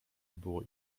było